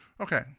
Okay